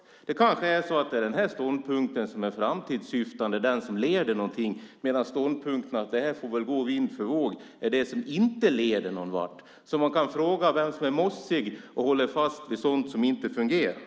Det kanske är den här ståndpunkten som är framåtsyftande, som leder till någonting, medan ståndpunkten att det här får gå vind för våg är det som inte leder någonvart. Man kan fråga vem som är mossig och håller fast vid sådant som inte fungerar.